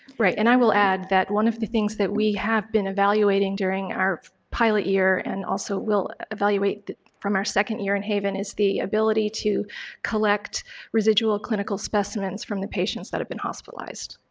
right, and i will add that one of the things that we have been evaluating during our pilot year and also will evaluate from our second year in haven is the ability to collect residual clinical specimens from the patients that have been hospitalized.